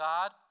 God